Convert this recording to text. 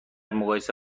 مقایسه